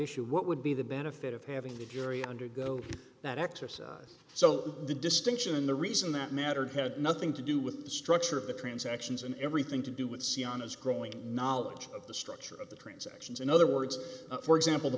issue what would be the benefit of having the jury undergo that exercise so the distinction and the reason that mattered had nothing to do with the structure of the transactions and everything to do with c on its growing knowledge of the structure of the transactions in other words for example the